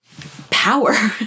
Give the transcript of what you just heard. power